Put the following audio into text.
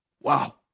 Wow